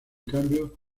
cambio